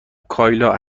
کایلا